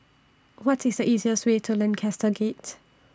What IS The easiest Way to Lancaster Gate